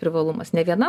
privalumas ne viena